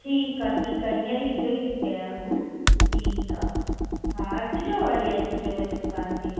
ठीकु आहे ठीकु आहे हीअंर ई इझो ई थी कया हा न ठीकु आहे हा अचिजो वरी अचिजो वरी दुकानु ते